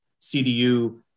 CDU